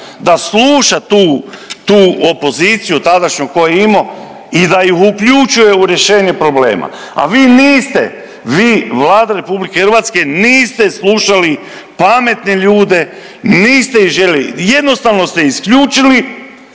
da sluša tu opoziciju tadašnju koju je imao i da ju uključuje i rješenje problema. A vi niste. Vi, Vlada RH niste slušali pametne ljude, niste ih željeli, jednostavno ste isključili